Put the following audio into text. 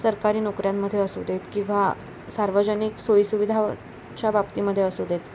सरकारी नोकऱ्यांमध्ये असू देत किंवा सार्वजनिक सोयीसुविधाच्या बाबतीमध्ये असू देत